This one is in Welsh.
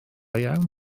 iawn